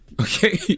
Okay